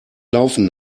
laufen